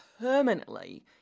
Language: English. permanently